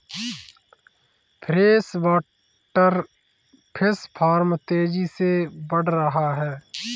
freshwater fish farm तेजी से बढ़ रहा है